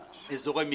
כולל אזורי מגבלה,